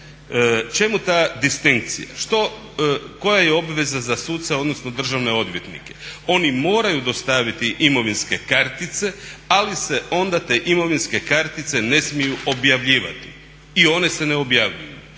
Čemu ta distinkcija? Koja je obveza za suca odnosno za državne odvjetnike? Oni moraju dostaviti imovinske kartice ali se onda te imovinske kartice ne smiju objavljivati i one se ne objavljuju.